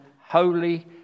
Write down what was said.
holy